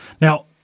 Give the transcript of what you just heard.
Now